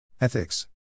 Ethics